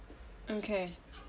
okay